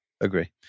agree